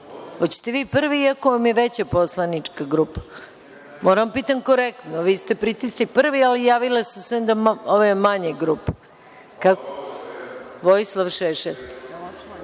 li vi prvi, iako vam je veća poslanička grupa? Moram da pitam korektno, vi ste pritisli prvi, ali javile su se onda ove manje grupe. Reč ima Vojislav Šešelj.